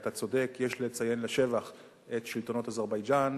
אתה צודק, יש לציין לשבח את שלטונות אזרבייג'ן.